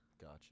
Gotcha